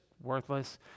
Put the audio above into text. worthless